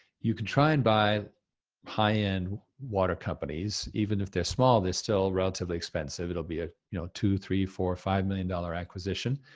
you can try and buy high end water companies, even if they're small, they're still relatively expensive, it'll be, ah you know, two, three, four, five million dollar acquisition.